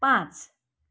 पाँच